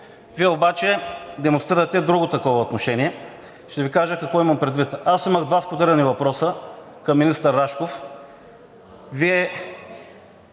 Вие обаче демонстрирате друго такова отношение. Ще Ви кажа какво имам предвид. Аз имах два входирани въпроса към министър Рашков, а Вие